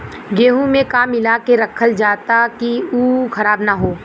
गेहूँ में का मिलाके रखल जाता कि उ खराब न हो?